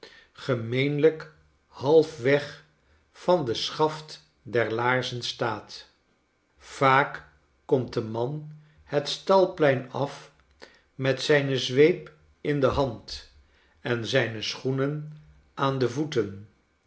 gemeenlijk halfweg van de schaft der laarzen staat vaak komt de man het stalplein af met zijne zweep in de hand en zijne schoenen aan de voeten